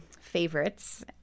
favorites